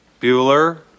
Bueller